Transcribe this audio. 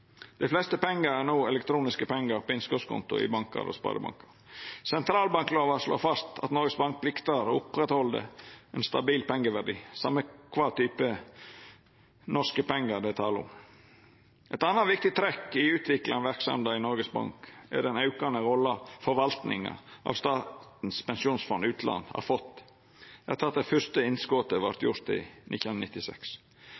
Dei fleste pengar er no elektroniske pengar på innskotskonti i bankar og sparebankar. Sentralbanklova slår fast at Noregs Bank pliktar å «opprettholde en stabil pengeverdi», same kva type norske pengar det er tale om. Eit anna viktig trekk i utviklinga av verksemda i Noregs Bank er den aukande rolla forvaltninga av Statens pensjonsfond utland har fått etter at det fyrste innskotet vart